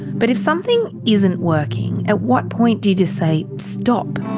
but if something isn't working, at what point do you just say stop?